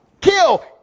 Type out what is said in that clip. kill